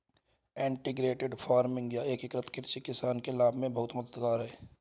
integrated farming या एकीकृत कृषि किसानों के लाभ में बहुत मददगार है